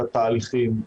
את התהליכים,